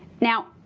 now,